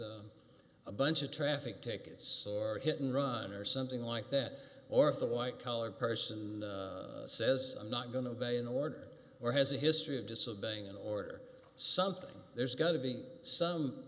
a bunch of traffic tickets or hit and run or something like that or if the white collar person says i'm not going to be in order or has a history of disobeying an order something there's got to be some